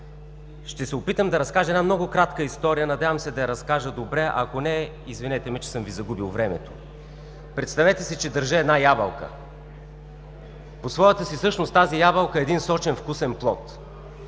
Ще се опитам да разкажа много кратка история. Надявам се да я разкажа добре. Ако не, извинете ме, че съм Ви загубил времето. Представете си, че държа една ябълка. По своята същност тази ябълка е един сочен, вкусен плод.